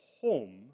home